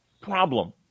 problem